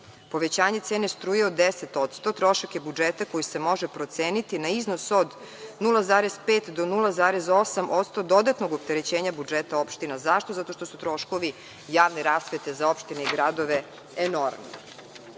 Povećanje cene struje od 10% trošak je budžeta koji se može proceniti na iznos od 0,5 do 0,8% dodatnog opterećenja budžeta opština. Zašto? Zato što su troškovi javne rasprave za opštine i gradove enormne. Krajem